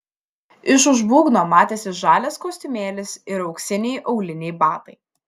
iš už būgno matėsi žalias kostiumėlis ir auksiniai auliniai batai